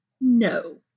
No